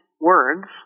words